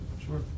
Sure